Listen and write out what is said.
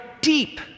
deep